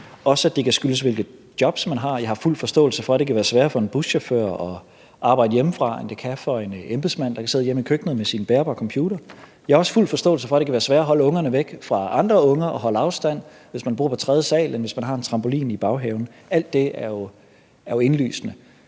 noget med at gøre, hvilket job man har. Jeg har fuld forståelse for, at det kan være sværere for en buschauffør at arbejde hjemmefra, end det kan for en embedsmand, der kan sidde hjemme i køkkenet med sin bærbare computer. Jeg har også fuld forståelse for, at det kan være sværere at holde ungerne væk fra andre unger og holde afstand, hvis man bor på tredje sal, end hvis man har en trampolin i baghaven. Alt det er jo indlysende,